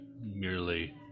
merely